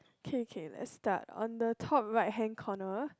K K let's start on the top right hand corner